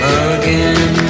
again